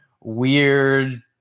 weird